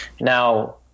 Now